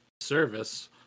service